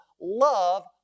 love